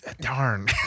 Darn